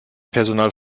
personal